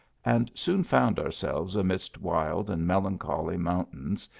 and soon found ourselves amidst wild and melancholy mountains,